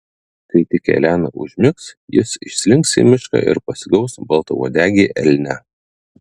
kai tik elena užmigs jis išslinks į mišką ir pasigaus baltauodegį elnią